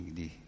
di